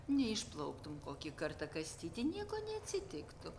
neišplauktum kokį kartą kastyti nieko neatsitiktų